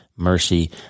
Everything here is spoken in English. mercy